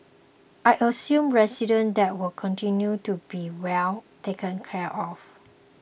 I assured residents that they will continue to be well taken care of